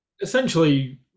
Essentially